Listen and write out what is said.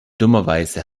dummerweise